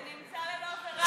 ונמצא ללא עבירה.